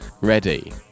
ready